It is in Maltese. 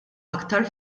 aktar